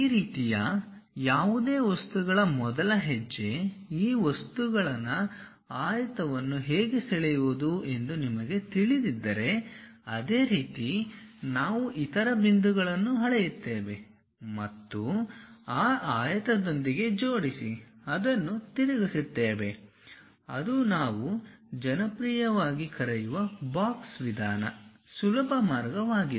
ಈ ರೀತಿಯ ಯಾವುದೇ ವಸ್ತುಗಳ ಮೊದಲ ಹೆಜ್ಜೆ ಈ ವಸ್ತುಗಳನ ಆಯತವನ್ನು ಹೇಗೆ ಸೆಳೆಯುವುದು ಎಂದು ನಿಮಗೆ ತಿಳಿದಿದ್ದರೆ ಅದೇ ರೀತಿ ನಾವು ಇತರ ಬಿಂದುಗಳನ್ನು ಅಳೆಯುತ್ತೇವೆ ಮತ್ತು ಆ ಆಯತದೊಂದಿಗೆ ಜೋಡಿಸಿ ಅದನ್ನು ತಿರುಗಿಸುತ್ತೇವೆ ಅದು ನಾವು ಜನಪ್ರಿಯವಾಗಿ ಕರೆಯುವ ಬಾಕ್ಸ್ ವಿಧಾನ ಸುಲಭ ಮಾರ್ಗವಾಗಿದೆ